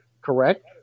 Correct